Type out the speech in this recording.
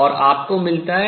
और आपको मिलता है